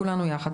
כולנו יחד,